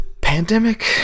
pandemic